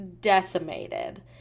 decimated